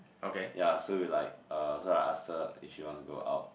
ya so we like uh so I ask her if she wants go out